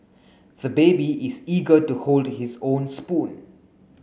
the baby is eager to hold his own spoon